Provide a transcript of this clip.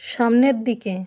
সামনের দিকে